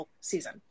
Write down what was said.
season